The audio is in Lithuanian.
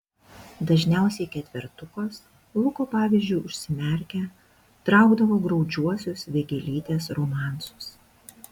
dažniausiai ketvertukas luko pavyzdžiu užsimerkę traukdavo graudžiuosius vėgėlytės romansus